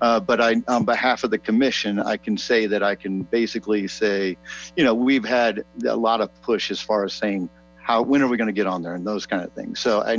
but i on behalf commission i can say that i can basically say you know we've had a lot of push as far as saying how when are we going to get on there and those kind of things so i